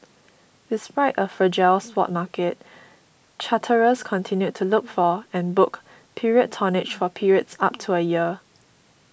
despite a fragile spot market charterers continued to look for and book period tonnage for periods up to a year